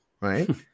right